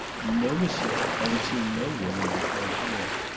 no, monsieur. i have seen no woman with red hair.